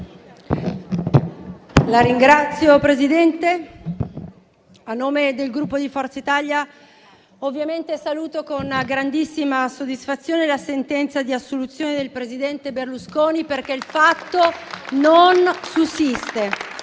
La ringrazio, Presidente. A nome del Gruppo Forza Italia, saluto con grandissima soddisfazione la sentenza di assoluzione del presidente Berlusconi, perché il fatto non sussiste.